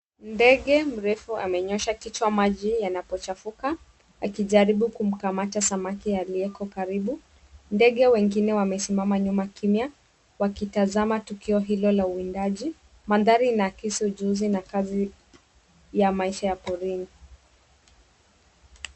Ndege mrefu amenyoosha kichwa, maji yanapochafuka akijaribu kumkamata samaki aliyeko karibu. Ndege wengine wamesimama nyuma kimya, wakitazama tukio hilo la uwindaji. Mandhari inaakisi ujuzi na kazi ya maisha ya porini.